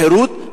לחירות,